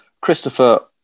Christopher